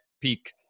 peak